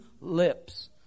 lips